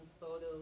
photos